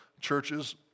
churches